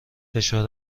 فشار